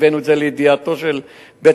הבאנו את זה לידיעתו של בית-המשפט,